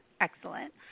excellent